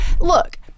look